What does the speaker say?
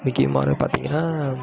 முக்கியமானது பார்த்திங்கன்னா